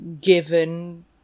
given